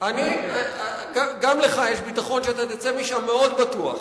גם לך יש ביטחון שאתה תצא משם מאוד בטוח.